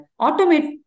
automate